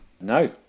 No